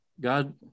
God